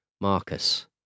Marcus